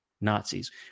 Nazis